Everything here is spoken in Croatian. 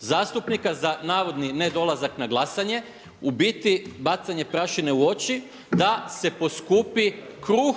zastupnika za navodni ne dolazak na glasanje u biti bacanje prašine u oči da se poskupi kruh,